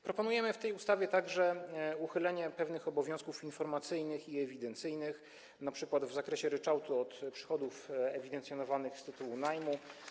Proponujemy w tej ustawie także uchylenie pewnych obowiązków informacyjnych i ewidencyjnych, np. w zakresie ryczałtu od przychodów ewidencjonowanych z tytułu najmu.